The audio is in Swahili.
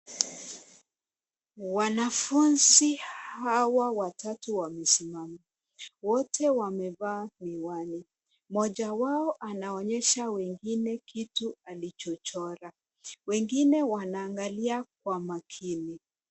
Wanafunzi hawa wakati wa wamesimama. Wote wamevaa miwani. Mmoja wao anaonyesha wengine kitu alichochora. Wengine wanaangalia kwa makini.